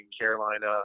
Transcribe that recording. Carolina